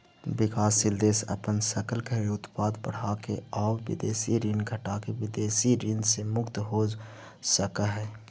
विकासशील देश अपन सकल घरेलू उत्पाद बढ़ाके आउ विदेशी ऋण घटाके विदेशी ऋण से मुक्त हो सकऽ हइ